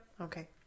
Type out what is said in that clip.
Okay